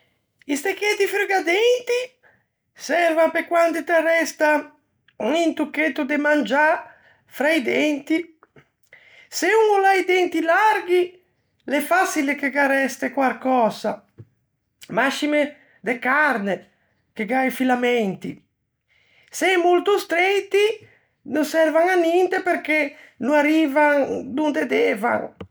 I stecchetti frugadenti servan pe quande t'arresta un tocchetto de mangiâ fra i denti. Se un o l'à i denti larghi, l'é façile che gh'arreste quarcösa, mascime de carne, che gh'à i filamenti; se en molto streiti no servan à ninte, perché no arrivan donde devan.